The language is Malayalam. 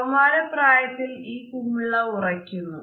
കൌമാരപ്രായത്തിൽ ഈ കുമിള ഉറക്കുന്നു